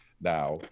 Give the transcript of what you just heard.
Now